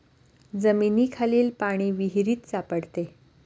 जमिनीखालील पाणी विहिरीत सापडते